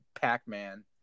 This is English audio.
Pac-Man